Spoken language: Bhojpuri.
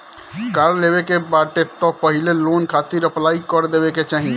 कार लेवे के बाटे तअ पहिले लोन खातिर अप्लाई कर देवे के चाही